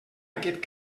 aquest